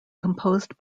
composed